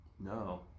No